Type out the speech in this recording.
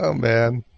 ah man.